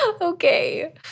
Okay